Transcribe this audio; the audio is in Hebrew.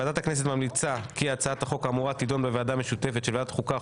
ועדת הכנסת ממליצה שהצעת החוק האמורה תידון בוועדה משותפת של ועדת חוקה,